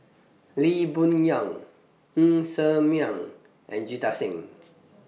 Lee Boon Yang Ng Ser Miang and Jita Singh